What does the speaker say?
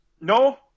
No